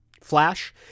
Flash